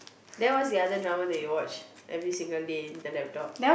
then what's the other drama that you watch every single day in the laptop